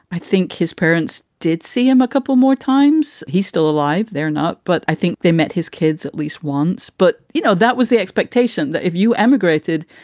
i think his parents did see him a couple more times. he's still alive. they're not. but i think they met his kids at least once. but, you know, that was the expectation that if you emigrated,